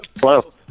Hello